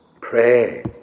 pray